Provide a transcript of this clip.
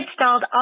installed